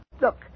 Look